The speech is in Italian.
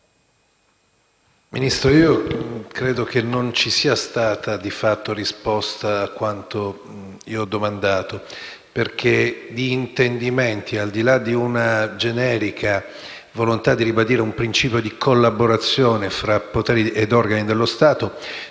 Ministro, credo che non ci sia stata di fatto risposta a quanto ho domandato, perché di intendimenti, al di là di una generica volontà di ribadire un principio di collaborazione tra poteri e organi dello Stato,